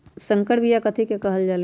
संकर बिया कथि के कहल जा लई?